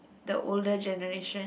the older generation